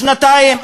שנתיים,